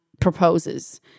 proposes